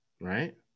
right